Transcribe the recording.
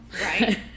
Right